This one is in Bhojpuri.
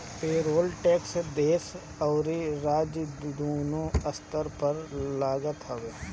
पेरोल टेक्स देस अउरी राज्य दूनो स्तर पर लागत हवे